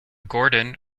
gordon